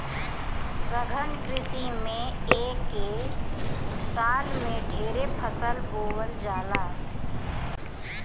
सघन कृषि में एके साल में ढेरे फसल बोवल जाला